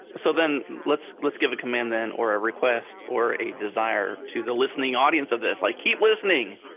so then let's let's give a command then or a request or a desire to the listening audience of this. like keep listening!